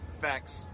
Facts